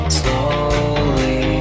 slowly